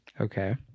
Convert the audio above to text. Okay